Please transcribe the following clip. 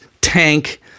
tank